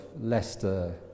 Leicester